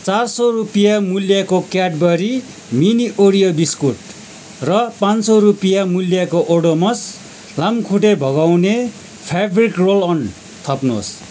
चार सौ रुपियाँ मूल्यको क्याडबरी मिनी ओरियो बिस्कुट र पाँच सौ रुपियाँ मूल्यको ओडोमस लामखुट्टे भगाउने फ्याब्रिक रोल अन थप्नुहोस्